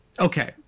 Okay